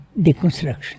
deconstruction